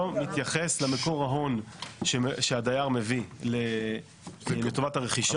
מתייחס למקור ההון שהדייר מביא לטובת הרכישה,